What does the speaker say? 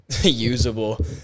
Usable